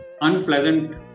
unpleasant